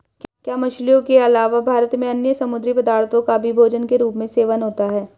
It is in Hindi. क्या मछलियों के अलावा भारत में अन्य समुद्री पदार्थों का भी भोजन के रूप में सेवन होता है?